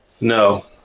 No